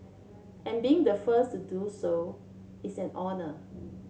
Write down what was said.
and being the first to do so is an honour